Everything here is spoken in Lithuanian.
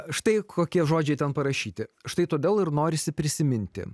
štai kokie žodžiai ten parašyti štai todėl ir norisi prisiminti